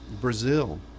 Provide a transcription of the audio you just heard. Brazil